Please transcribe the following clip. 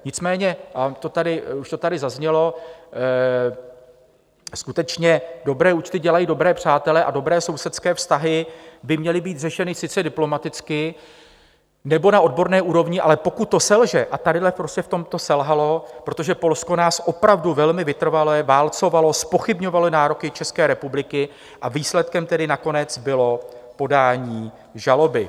Nicméně, a už to tady zaznělo, skutečně dobré účty dělají dobré přátele a dobré sousedské vztahy by měly být řešeny sice diplomaticky nebo na odborné úrovni, ale pokud to selže, a tady to v tomto selhalo, protože Polsko nás opravdu velmi vytrvale válcovalo, zpochybňovalo nároky České republiky, a výsledkem tedy nakonec bylo podání žaloby.